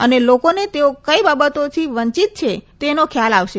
અને લોકોને તેઓ કંઈ બાબતોથી વંચિત છે તેનો ખ્યાલ આવશે